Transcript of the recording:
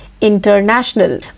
International